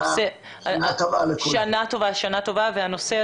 שנה טובה לכולם.